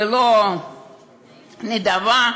לא נדבה.